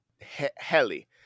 heli